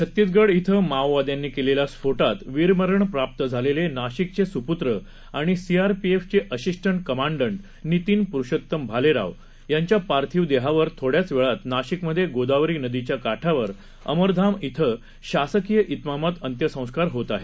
छतीसगड येथे माओवाद्यांनी केलेल्या स्फोटात वीरमरण प्राप्त झालेले नाशिकचे सुपुत्र आणि सीआरपीएफचे असिस्टंट कमांडट नितीन प्रुषोतम भालेराव यांच्या पार्थिव देहावर थोड्याच वेळात नाशिकमधे गोदावरी नदीच्या काठावर अमरधाम इथं शासकीय इतमामात अंत्यसंस्कार होत आहेत